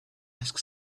ask